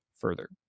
further